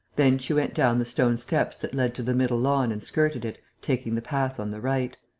then she went down the stone steps that led to the middle lawn and skirted it, taking the path on the right.